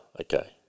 okay